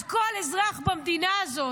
אז כל אזרח במדינה הזאת,